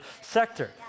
sector